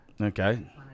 Okay